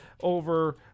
over